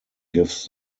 gives